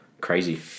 Crazy